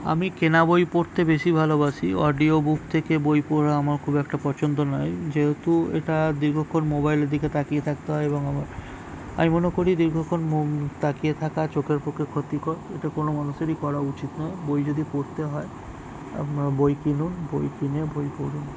আমি কেনা বই পড়তে বেশি ভালোবাসি অডিও বুক থেকে বই পড়া আমার খুব একটা পছন্দ নয় যেহেতু এটা দীর্ঘক্ষণ মোবাইলের দিকে তাকিয়ে থাকতে হয় এবং আমার আমি মনে করি দীর্ঘক্ষণ তাকিয়ে থাকা চোখের পক্ষে ক্ষতিকর এটা কোনো মানুষেরই করা উচিত নয় বই যদি পড়তে হয় আপনারা বই কিনুন বই কিনে বই পড়ুন